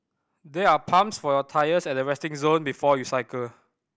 there are pumps for your tyres at the resting zone before you cycle